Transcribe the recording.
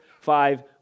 five